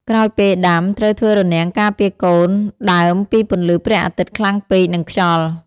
ក្រោយពេលដាំ ត្រូវធ្វើរនាំងការពារកូនដើមពីពន្លឺព្រះអាទិត្យខ្លាំងពេក និងខ្យល់។